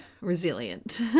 resilient